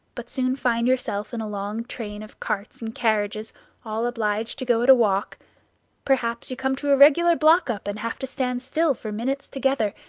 but soon find yourself in a long train of carts and carriages all obliged to go at a walk perhaps you come to a regular block-up, and have to stand still for minutes together,